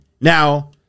Now